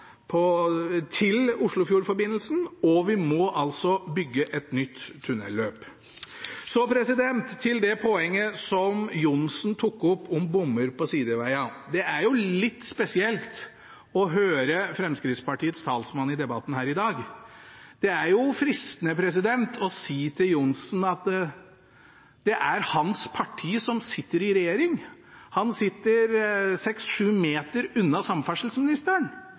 til Oslofjordforbindelsen, og vi må bygge et nytt tunnelløp. Så til det poenget som Johnsen tok opp, om bommer på sidevegene. Det er jo litt spesielt å høre Fremskrittspartiets talsmann i debatten her i dag. Det er fristende å si til Johnsen at det er hans parti som sitter i regjering, han sitter 6–7 meter unna samferdselsministeren.